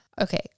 Okay